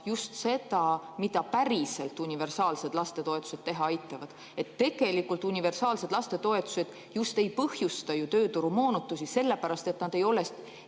just seda, mida päriselt universaalsed lastetoetused teha aitavad. Tegelikult universaalsed lastetoetused just ei põhjusta ju tööturu moonutusi, sellepärast et nad ei ole